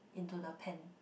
into the pan